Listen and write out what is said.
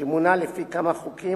שמונה לפי כמה חוקים,